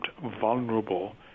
vulnerable